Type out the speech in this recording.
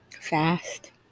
Fast